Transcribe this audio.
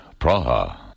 Praha